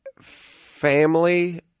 family